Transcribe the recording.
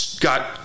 got